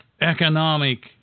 economic